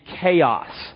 chaos